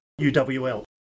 UWL